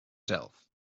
zelf